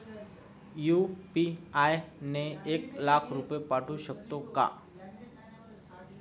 UPI ने एक लाख रुपये पाठवू शकतो का?